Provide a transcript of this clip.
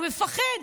הוא מפחד,